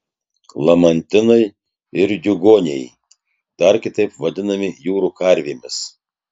lamantinai ir diugoniai dar kitaip vadinami jūrų karvėmis